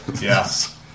Yes